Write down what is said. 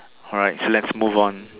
alright so let's move on